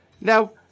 Now